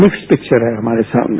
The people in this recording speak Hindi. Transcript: मिक्सड पिक्चर है हमारे सामने